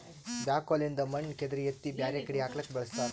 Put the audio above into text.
backhoe ಲಿಂದ್ ಮಣ್ಣ್ ಕೆದರಿ ಎತ್ತಿ ಬ್ಯಾರೆ ಕಡಿ ಹಾಕ್ಲಕ್ಕ್ ಬಳಸ್ತಾರ